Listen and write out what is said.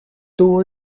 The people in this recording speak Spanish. tuvo